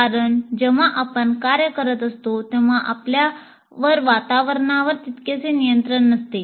कारण जेव्हा आपण कार्य करत असतो तेव्हा आपल्यावर वातावरणावर तितकेसे नियंत्रण नसते